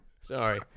Sorry